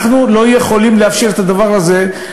אנחנו לא יכולים לאפשר את הדבר הזה,